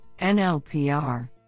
NLPR